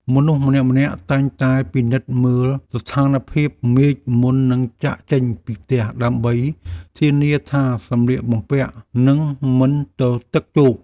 មនុស្សម្នាក់ៗតែងតែពិនិត្យមើលស្ថានភាពមេឃមុននឹងចាកចេញពីផ្ទះដើម្បីធានាថាសម្លៀកបំពាក់នឹងមិនទទឹកជោក។